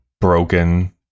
broken